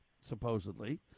supposedly